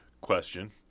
question